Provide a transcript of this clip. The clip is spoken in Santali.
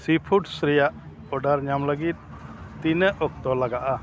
ᱨᱮᱭᱟᱜ ᱧᱟᱢ ᱞᱟᱹᱜᱤᱫ ᱛᱤᱱᱟᱹᱜ ᱚᱠᱛᱚ ᱞᱟᱜᱟᱜᱼᱟ